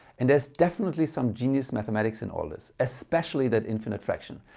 and there's definitely some genius mathematics in all this, especially that infinite fraction.